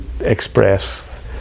express